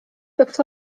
peaks